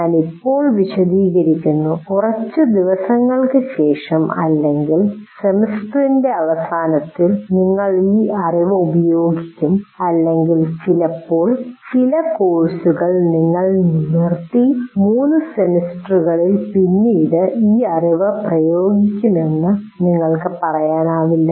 ഞാൻ ഇപ്പോൾ വിശദീകരിക്കുന്നു കുറച്ച് ദിവസങ്ങൾക്ക് ശേഷം അല്ലെങ്കിൽ സെമസ്റ്ററിന്റെ അവസാനത്തിൽ ഞങ്ങൾ ഈ അറിവ് പ്രയോഗിക്കും അല്ലെങ്കിൽ ചിലപ്പോൾ ചില കോഴ്സുകൾ നിങ്ങൾ നിർത്തി 3 സെമസ്റ്ററുകളിൽ പിന്നീട് ഈ അറിവ് പ്രയോഗിക്കുമെന്ന് നിങ്ങൾക്ക് പറയാനാവില്ല